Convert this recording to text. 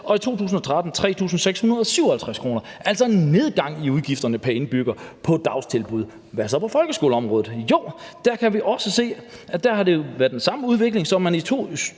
og i 2013 3.657 kr. Det er altså en nedgang i udgifterne pr. indbygger på dagtilbud. Hvad så på folkeskoleområdet? Jo, der kan vi også se, at der har været den samme udvikling. I 2019